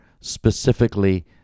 specifically